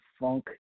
funk